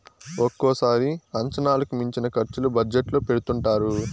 ఒక్కోసారి అంచనాలకు మించిన ఖర్చులు బడ్జెట్ లో పెడుతుంటారు